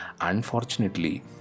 Unfortunately